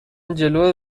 جلو